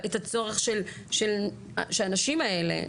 את הצורך שהנשים האלה,